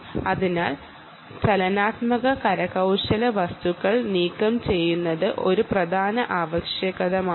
അതിനാൽ ഈ ചലനങ്ങൾ നിങ്ങൾ മാറ്റേണ്ടതുണ്ട്